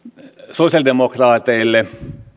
sosialidemokraateille